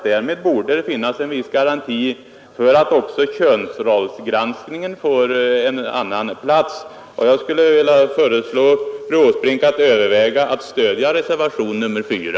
Därmed borde det finnas en viss garanti för att också könsrollsgranskningen får en annan plats. Jag skulle vilja föreslå fru Åsbrink att stödja reservation 4.